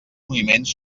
moviments